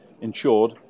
Insured